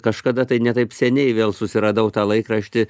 kažkada tai ne taip seniai vėl susiradau tą laikraštį